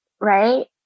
right